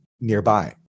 nearby